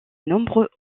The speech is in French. nombreux